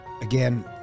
Again